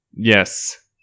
Yes